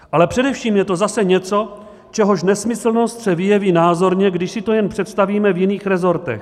Ale především je to zase něco, čehož nesmyslnost se vyjeví názorně, když si to jen představíme v jiných resortech.